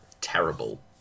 terrible